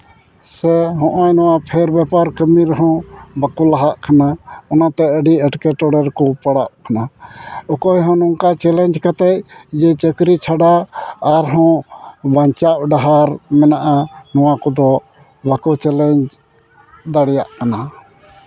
ᱥᱮ ᱦᱚᱜᱼᱚᱸᱭ ᱱᱚᱣᱟ ᱯᱷᱮᱨ ᱵᱮᱯᱟᱨ ᱠᱟᱹᱢᱤ ᱨᱮ ᱦᱚᱸ ᱵᱟᱠᱚ ᱞᱟᱦᱟᱜ ᱠᱟᱱᱟ ᱚᱱᱟᱛᱮ ᱟᱹᱰᱤ ᱮᱴᱠᱮᱴᱚᱬᱮ ᱨᱮᱠᱚ ᱯᱟᱲᱟᱜ ᱠᱟᱱᱟ ᱚᱠᱚᱭ ᱦᱚᱸ ᱱᱚᱝᱠᱟ ᱪᱮᱞᱮᱡᱽ ᱠᱟᱛᱮᱫ ᱡᱮ ᱪᱟᱹᱠᱨᱤ ᱪᱷᱟᱰᱟ ᱟᱨ ᱦᱚᱸ ᱵᱟᱧᱪᱟᱣ ᱰᱟᱦᱟᱨ ᱢᱮᱱᱟᱜᱼᱟ ᱱᱚᱣᱟ ᱠᱚᱫᱚ ᱵᱟᱝᱠᱚ ᱪᱮᱞᱮᱡᱽ ᱫᱟᱲᱮᱭᱟᱜ ᱠᱟᱱᱟ